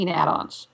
add-ons